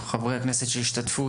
חברי הכנסת שהשתתפו,